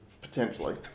Potentially